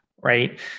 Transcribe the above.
right